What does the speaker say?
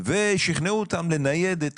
ושכנעו אותם לנייד את